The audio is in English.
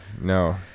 no